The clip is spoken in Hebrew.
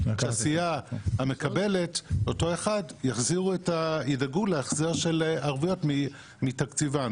שהסיעה המקבלת תדאג להחזר הערבויות מתקציבה.